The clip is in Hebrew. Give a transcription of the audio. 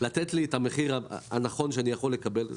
לתת לי את המחיר הנכון שאני יכול לקבל.